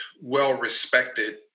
well-respected